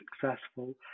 successful